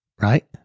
Right